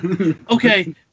Okay